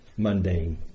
mundane